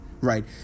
right